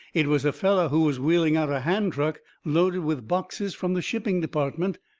it was a feller who was wheeling out a hand truck loaded with boxes from the shipping department.